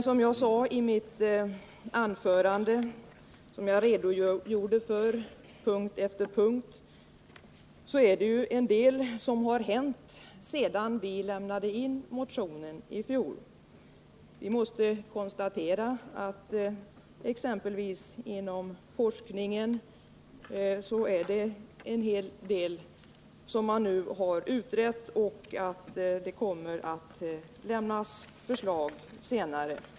Som jag sade i mitt huvudanförande, där jag redogjorde för punkt efter punkt i motionen, har en del hänt sedan vi lämnade in motionen i fjol. Vi måste konstatera att man exempelvis inom forskningen nu har utrett en hel del och att det kommer att lämnas förslag senare.